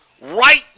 right